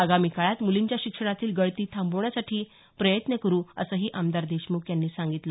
आगामी काळात मुलींच्या शिक्षणांतील गळती थांबविण्यासाठी प्रयत्न करू असेही आमदार देशमुख यांनी सांगितलं